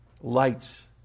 lights